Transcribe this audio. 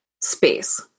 space